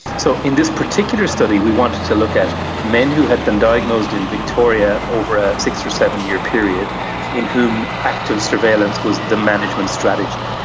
so in this particular study we wanted to look at men who had been diagnosed in victoria over a six or seven year period in whom active surveillance was the management strategy.